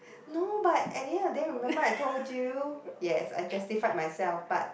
no but at the end of the day remember I told you yes I justified myself but